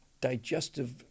Digestive